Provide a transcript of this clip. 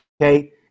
okay